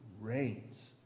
reigns